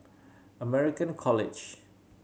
American College